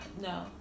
no